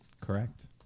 correct